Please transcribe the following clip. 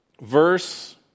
verse